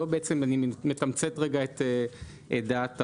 זה בעצם התמצית של דעת הרוב.